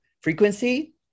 frequency